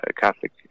Catholic